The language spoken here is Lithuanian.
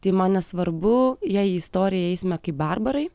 tai man nesvarbu jei į istoriją įeisime kaip barbarai